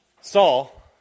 Saul